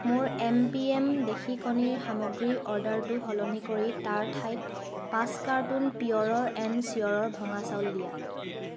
মোৰ M P M দেশী কণীৰ সামগ্ৰীৰ অৰ্ডাৰটো সলনি কৰি তাৰ ঠাইত পাঁচ কাৰ্টন পিয়ৰ এণ্ড চিয়ৰৰ ভঙা চাউল দিয়া